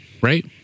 Right